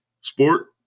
sport